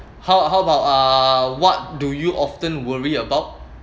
how how about uh what do you often worry about